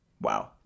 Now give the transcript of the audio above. wow